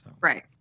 Right